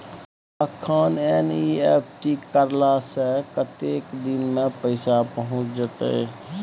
अखन एन.ई.एफ.टी करला से कतेक दिन में पैसा पहुँच जेतै?